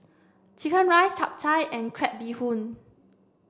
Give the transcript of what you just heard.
chicken rice Chap Chai and Crab Bee Hoon